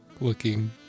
looking